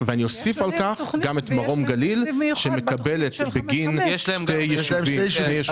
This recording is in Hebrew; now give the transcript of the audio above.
ואוסיף על כך גם את מרום גליל שמקבלת בגין שני ישובים.